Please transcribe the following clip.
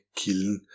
kilden